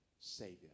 savior